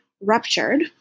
ruptured